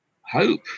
hope